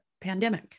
pandemic